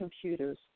computers